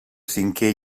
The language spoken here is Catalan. cinquè